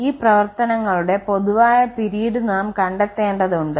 ഈ പ്രവർത്തനങ്ങളുടെ പൊതുവായ പിരീഡ് നാം കണ്ടെത്തേണ്ടതുണ്ട്